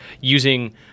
using